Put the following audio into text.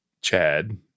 chad